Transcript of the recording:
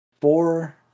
Four